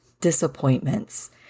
disappointments